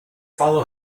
follow